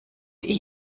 ich